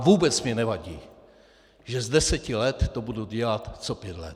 A vůbec mně nevadí, že z deseti let to budu dělat co pět let.